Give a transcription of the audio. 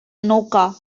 anoka